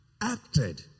acted